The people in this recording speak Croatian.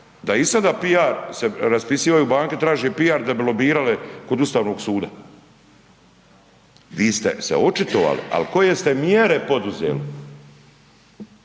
da i sada PR se raspisuju banke traže PR da bi lobirale kod Ustavnog suda. Vi ste se očitovali, ali koje ste mjere poduzeli?